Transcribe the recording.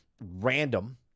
random